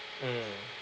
mm